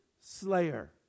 slayer